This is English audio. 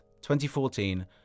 2014